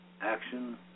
action